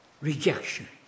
rejection